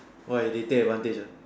why they take advantage ah